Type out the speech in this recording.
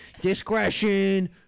discretion